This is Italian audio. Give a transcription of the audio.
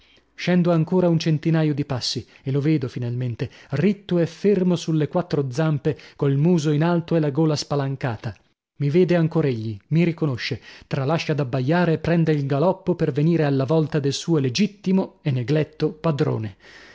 scendo ancora un centinaio di passi e lo vedo finalmente ritto e fermo sulle quattro zampe col muso in alto e la gola spalancata mi vede ancor egli mi riconosce tralascia d'abbaiare e prende il galoppo per venire alla volta del suo legittimo e negletto padrone